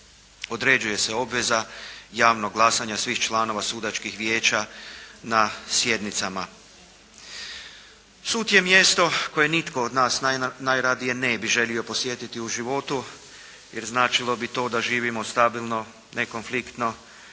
određuje se obveza javnog glasanja svih članova sudačkih vijeća na sjednicama. Sud je mjesto koje nitko od nas najradije ne bi želio posjetiti u životu, jer značilo bi to da živimo stabilno, nekonfliktno,